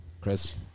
Chris